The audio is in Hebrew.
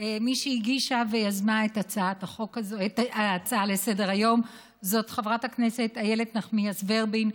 מי שהגישה ויזמה את ההצעה לסדר-היום זו חברת הכנסת איילת נחמיאס ורבין,